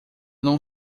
não